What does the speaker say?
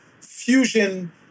fusion